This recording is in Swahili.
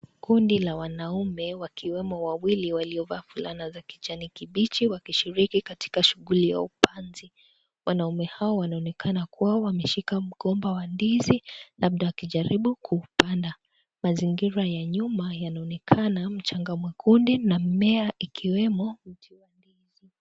Kundi la wanaume wakiwemo wawili waliovaa fulana za kijani kibichi wakishiriki katika shughuli ya upanzi. Wanaume hao wanaonekana kuwa wameushika mgomba wa ndizi labda wakijaribu kuupanda. Mazingira ya nyuma yanaonekana mchanga mwekundu na mimea ikiwemo.